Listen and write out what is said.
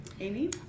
Amy